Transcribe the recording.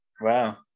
wow